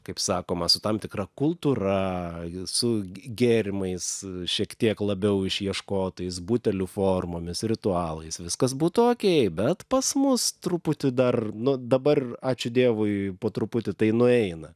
kaip sakoma su tam tikra kultūra jie su gėrimais šiek tiek labiau išieškotais butelių formomis ritualais viskas būtų okei bet pas mus truputį dar nu dabar ačiū dievui po truputį tai nueina